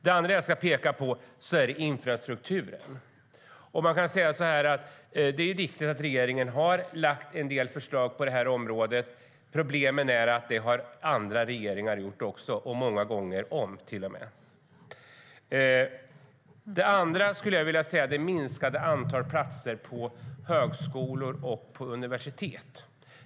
Det andra som jag vill peka på är infrastrukturen. Det är riktigt att regeringen har lagt en del förslag på området. Problemet är att andra regeringar också har gjort det, många gånger om till och med. Ett annat problem är minskat antal platser på högskolor och universitet.